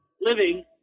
living